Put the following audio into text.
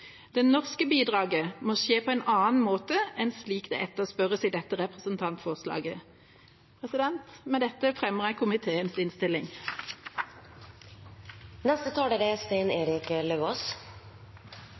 Det norske bidraget må skje på en annen måte enn slik det etterspørres i dette representantforslaget. Med dette anbefaler jeg komiteens innstilling.